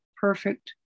perfect